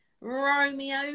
Romeo